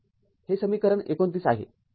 हे समीकरण २९ आहे